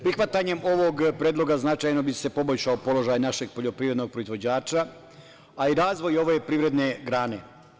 Prihvatanjem ovog predloga značajno bi se poboljšao položaj našeg poljoprivrednog proizvođača, a i razvoj ove privredne grane.